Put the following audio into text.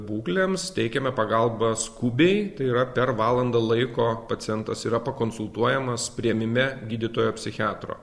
būklėms teikiame pagalbą skubiai tai yra per valandą laiko pacientas yra pakonsultuojamas priėmime gydytojo psichiatro